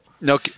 no